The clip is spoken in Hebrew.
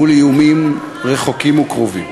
מול איומים רחוקים וקרובים.